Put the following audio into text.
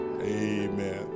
Amen